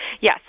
Yes